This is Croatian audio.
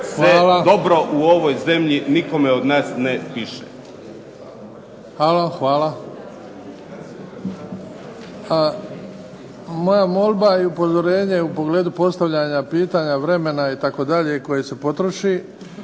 (HDZ)** Hvala. Moja molba i upozorenje u pogledu postavljanja pitanja, vremena itd. i koje se potroši.